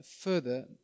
further